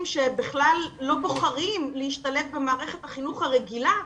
שבכלל לא בוחרים להשתלב במערכת החינוך הרגילה,